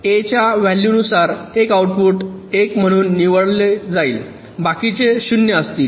ए च्या व्हॅलू नुसार एक आउटपुट एक म्हणून निवडल जाईल बाकीचे शून्य असतील